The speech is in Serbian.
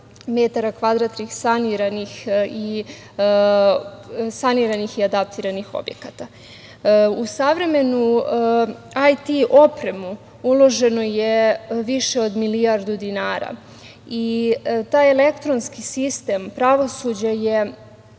metara kvadratnih saniranih i adaptiranih objekata. U savremenu IT opremu uloženo je više od milijardu dinara. Taj elektronski sistem pravosuđa je